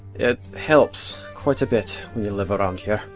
it helps. quite a bit when you live around here.